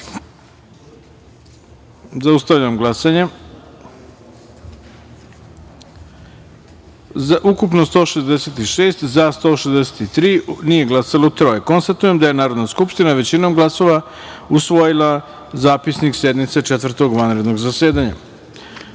taster. Zaustavljam glasanje: ukupno - 166, za – 163, nije glasalo - troje. Konstatujem da je Narodna skupština većinom glasova usvojila Zapisnik sednice Četvrtog vanrednog zasedanja. Stavljam